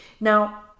now